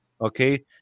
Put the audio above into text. okay